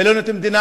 ולא את המדינה,